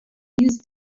use